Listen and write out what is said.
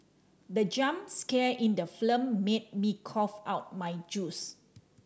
the jump scare in the film made me cough out my juice